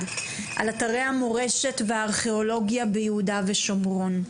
על אתרי המורשת והארכיאולוגיה ביהודה ושומרון.